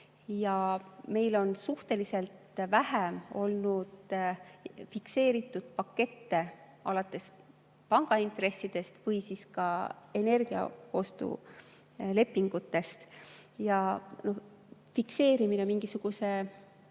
Meil on suhteliselt vähe olnud fikseeritud pakette, alates pangaintressidest või ka energiaostulepingutest. Fikseerimine, mingisuguse